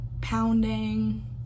pounding